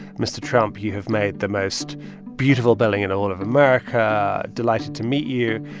mr. trump, you have made the most beautiful building in all of america, delighted to meet you.